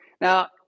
Now